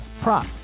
prop